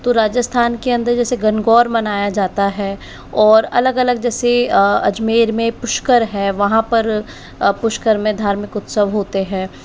तो राजस्थान के अंदर जैसे गंगौर मनाया जाता है और अलग अलग जैसे अजमेर में पुष्कर है वहाँ पर पुष्कर में धार्मिक उत्सव होते हैं